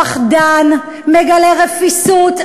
פחדן, מגלה רפיסות.